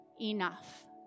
enough